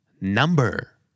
Number